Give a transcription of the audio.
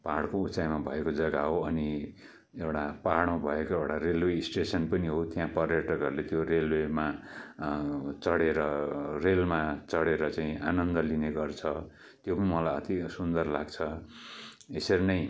पहाडको उचाईमा भएको जग्गा हो अनि एउटा पहाडमा भएको एउटा रेलवे स्टेसन् पनि हो त्यहाँ पर्यटकहरूले रेलवेमा चढेर रेलमा चढेर चाहिँ आनन्द लिने गर्छ त्यो पनि मलाई अति सुन्दर लाग्छ यसरी नै